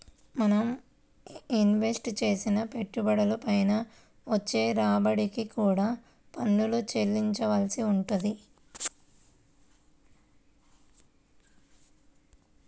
మనం ఇన్వెస్ట్ చేసిన పెట్టుబడుల పైన వచ్చే రాబడికి కూడా పన్నులు చెల్లించాల్సి వుంటది